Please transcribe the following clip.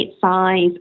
size